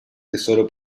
tesoro